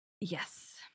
Yes